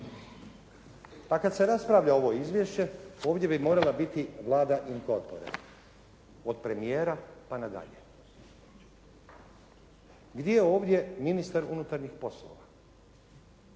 Pa kad se raspravlja ovo izvješće ovdje bi morala biti Vlada in corpore, od premijera pa nadalje. Gdje je ovdje ministar unutarnjih poslova?